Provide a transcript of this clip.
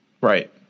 Right